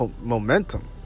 momentum